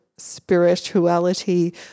spirituality